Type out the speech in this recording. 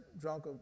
drunk